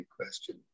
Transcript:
question